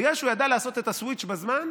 בגלל שהוא ידע לעשות את הסוויץ' בזמן,